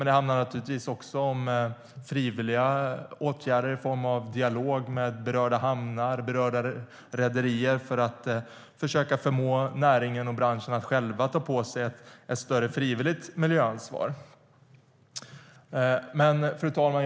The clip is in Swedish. Det handlar naturligtvis också om frivilliga åtgärder i form av dialog med berörda hamnar och rederier för att försöka förmå näringen och branschen att själva ta på sig ett större frivilligt miljöansvar. Fru talman!